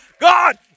God